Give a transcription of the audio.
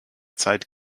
zeit